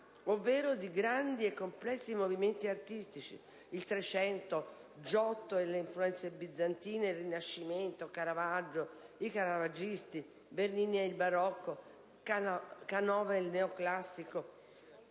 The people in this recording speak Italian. ovvero di grandi e complessi movimenti artistici. Il Trecento, Giotto e le influenze bizantine, il Rinascimento, Caravaggio e i caravaggisti, Bernini e il barocco, Canova e il neoclassico,